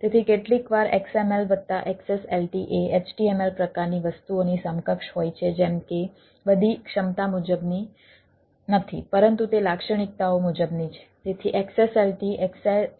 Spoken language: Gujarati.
તેથી